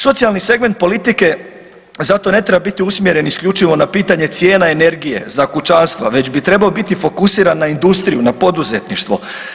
Socijalni segment politike zato ne treba biti usmjeren isključivo na pitanje cijena energije za kućanstva već bi trebao biti fokusiran na industriju, na poduzetništvo.